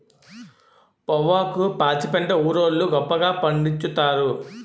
పొవ్వాకు పాచిపెంట ఊరోళ్లు గొప్పగా పండిచ్చుతారు